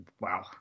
wow